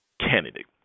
candidate